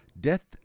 Death